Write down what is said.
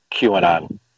QAnon